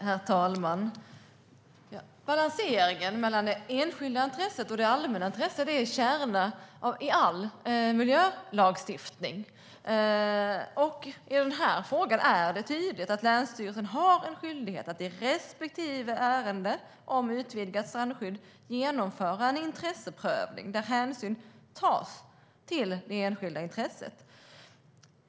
Herr talman! Balanseringen mellan det enskilda intresset och det allmänna intresset är kärnan i all miljölagstiftning. I den här frågan är det tydligt att länsstyrelsen har en skyldighet att i respektive ärende om utvidgat strandskydd genomföra en intresseprövning där hänsyn tas till det enskilda intresset.